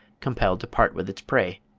compelled to part with its prey.